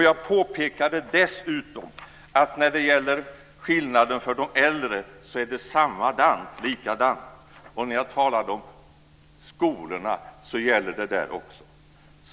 Jag påpekade dessutom att det är likadant när det gäller skillnaden för de äldre, och när jag talade om skolorna så gäller det där också.